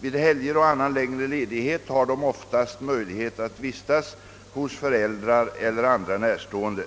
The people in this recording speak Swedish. Vid helger och annan längre ledighet har de oftast möjlighet att vistas hos föräldrar eller andra närstående.